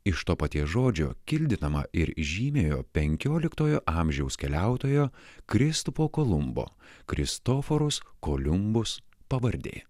iš to paties žodžio kildinama ir žymiojo penkioliktojo amžiaus keliautojo kristupo kolumbo kristoforus koliumbus pavardė